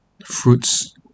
fruits